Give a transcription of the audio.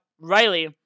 Riley